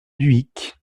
dhuicq